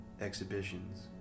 exhibitions